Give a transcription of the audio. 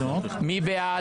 מי בעד?